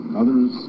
others